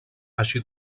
així